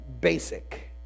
basic